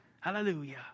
Hallelujah